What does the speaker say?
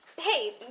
Hey